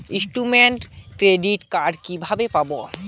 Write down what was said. Student credit card কিভাবে পাব?